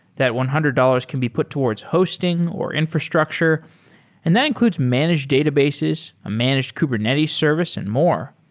that one hundred dollars can be put towards hosting or infrastructure and that includes managed databases, a managed kubernetes service and more.